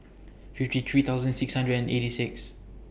fifty three thousand six hundred and eighty six